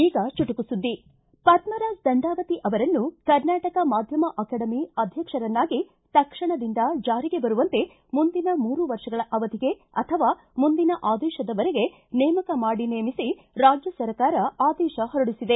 ಈಗ ಚುಟುಕು ಸುದ್ಗಿ ಪದ್ದರಾಜ ದಂಡಾವತಿ ಅವರನ್ನು ಕರ್ನಾಟಕ ಮಾಧ್ವಮ ಅಕಾಡೆಮಿ ಅಧ್ವಕ್ಷರನ್ನಾಗಿ ತಕ್ಷಣದಿಂದ ಜಾರಿಗೆ ಬರುವಂತೆ ಮುಂದಿನ ಮೂರು ವರ್ಷಗಳ ಅವಧಿಗೆ ಅಥವಾ ಮುಂದಿನ ಆದೇಶದವರೆಗೆ ನೇಮಕ ಮಾಡಿ ನೇಮಿಸಿ ರಾಜ್ಯ ಸರ್ಕಾರ ಆದೇಶ ಹೊರಡಿಸಿದೆ